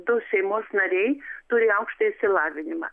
du šeimos nariai turi aukštąjį išsilavinimą